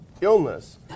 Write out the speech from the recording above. illness